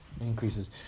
increases